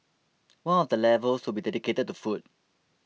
one of the levels will be dedicated to food